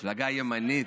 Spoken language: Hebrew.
מפלגה ימנית,